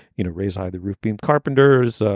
you know, raise either roofing carpenters.